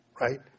Right